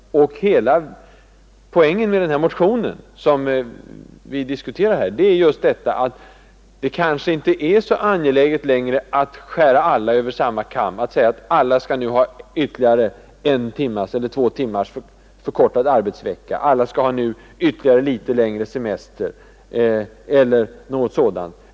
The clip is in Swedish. Poängen med den motion vi här diskuterar är att det inte är så angeläget längre att skära alla över en kam och se till att alla får en med två timmar förkortad arbetsvecka, att alla får ytterligare litet längre semester osv.